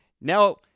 Now